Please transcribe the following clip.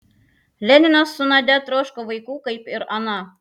leninas su nadia troško vaikų kaip ir ana